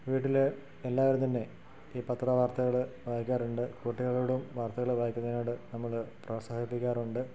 വീട്ടിലെ എല്ലാവരും തന്നെ ഈ പത്ര വാർത്തകൾ വായിക്കാറുണ്ട് കുട്ടികളോടും വാർത്തകൾ വായിക്കുന്നതിനോട് നമ്മൾ പ്രോത്സാഹിപ്പിക്കാറുണ്ട്